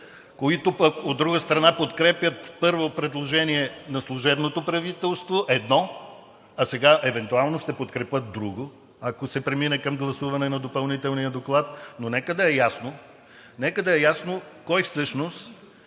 които, от друга страна, подкрепят първо предложение на служебното правителство, а сега евентуално ще подкрепят друго, ако се премине към гласуване на допълнителния доклад. Но нека да е ясно кой всъщност